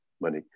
money